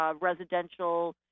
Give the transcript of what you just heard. residential